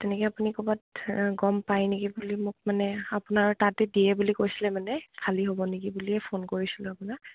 তেনেকে আপুনি ক'বাত গম পায় নেকি বুলি মোক মানে আপোনাৰ তাতে দিয়ে বুলি কৈছিলে মানে খালী হ'ব নেকি বুলিয়ে ফোন কৰিছিলোঁ আপোনাক